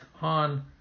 on